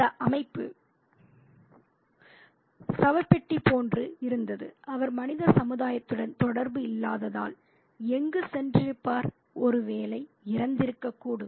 இந்த அமைப்பு சவப்பெட்டி போன்று இருந்தது அவர் மனித சமுதாயத்துடன் தொடர்பு இல்லாததால் எங்கு சென்றிருப்பார் ஒருவேளை இறந்திருக்கக்கூடும்